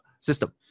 system